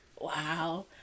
wow